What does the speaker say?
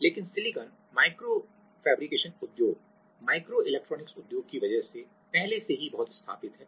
लेकिन silicon microfabrication उद्योग micro electronics उद्योग की वजह से पहले से ही बहुत स्थापित है